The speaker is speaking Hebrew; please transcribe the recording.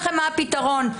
מה הפתרון.